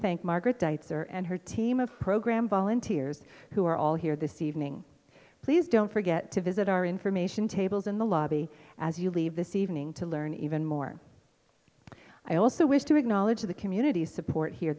think margaret dates are and her team of program volunteers who are all here this evening please don't forget to visit our information tables in the lobby as you leave this evening to learn even more i also wish to acknowledge the community support here